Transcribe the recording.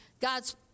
God's